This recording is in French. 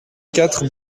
quatre